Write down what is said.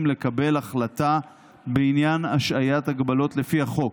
לקבל החלטה בעניין השעיית הגבלות לפי החוק,